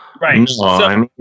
Right